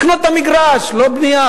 לקנות את המגרש, לא בנייה.